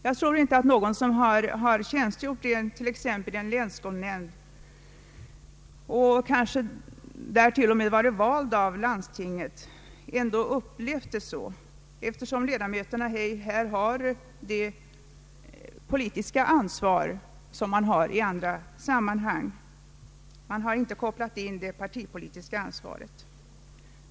Jag tror inte att någon som tjänstgjort i t.ex. en länsskolnämnd, även om vederbörande varit vald av landstinget, upplevt det så, eftersom ledamöterna ej har det politiska ansvar som man har i andra sammanhang. De har med andra ord inte kopplat in det partipolitiska ansvaret.